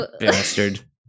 bastard